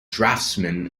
draftsman